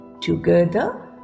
Together